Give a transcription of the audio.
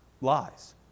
lies